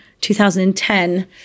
2010